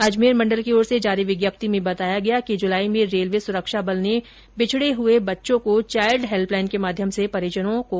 अजमेर मंडल की ओर से जारी विज्ञप्ति में बताया गया कि जुलाई में रेलवे सुरक्षा बल ने बिछड़े हुए बच्चों को चाइल्ड हैल्प लाईन के माध्यम से परिजनों को सुपुर्द किया